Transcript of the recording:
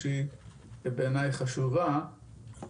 שבעיניי היא חשובה.